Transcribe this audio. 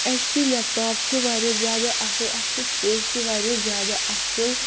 H P laptop چھِ واریاہ زیادٕ اَصٕل اَتھ چھُ سٕپیس تہِ واریاہ زیادٕ اَصٕل